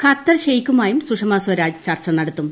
Qatar ഷേയ്ക്കുമായും സുഷമ സ്വരാജ് ചർച്ച നടത്തും